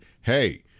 hey